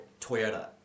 Toyota